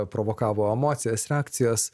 provokavo emocijas reakcijas